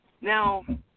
Now